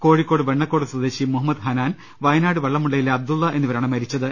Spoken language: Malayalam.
കോഴിക്കോട് വെണ്ണക്കോട് സ്വദേശി മുഹമ്മദ് ഹനാൻ വയനാട് വെള്ളമുണ്ടയിലെ അബ്ദുളള എന്നിവരാണ് മരിച്ചത്